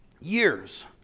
Years